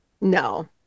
No